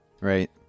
right